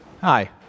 Hi